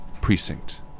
precinct